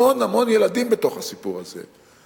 המון המון ילדים בתוך הסיפור הזה.